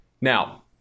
Now –